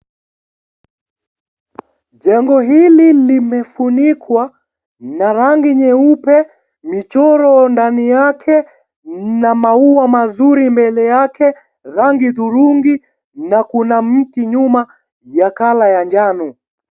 Jengo hili limefunikwa na rangi nyeupe michoro ndani yake, mna maua mazuri mbele yake, rangu hudhurungi na kuna miti nyuma ya colour ya njano.